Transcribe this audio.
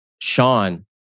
Sean